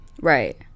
Right